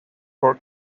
for